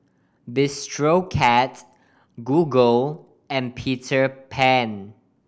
Bistro Cat Google and Peter Pan